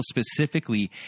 specifically